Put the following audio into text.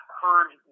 heard